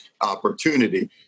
opportunity